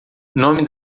nome